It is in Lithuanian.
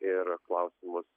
ir klausimus